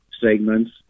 segments